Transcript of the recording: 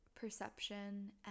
perception